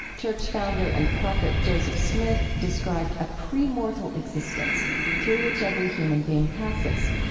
church founder and prophet joseph smith described a premortal existence through which every human being passes.